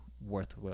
worth